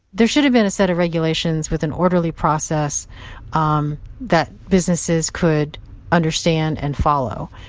there should have been a set of regulations with an orderly process um that businesses could understand and follow,